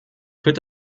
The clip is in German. führt